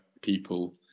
people